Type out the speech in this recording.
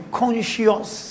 conscious